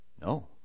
No